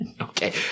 Okay